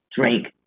drink